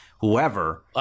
whoever